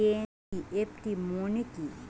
NEFT মনে কি?